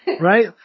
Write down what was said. Right